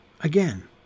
again